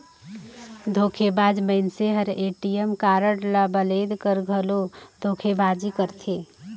धोखेबाज मइनसे हर ए.टी.एम कारड ल बलेद कर घलो धोखेबाजी करथे